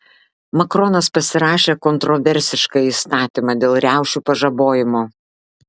makronas pasirašė kontroversišką įstatymą dėl riaušių pažabojimo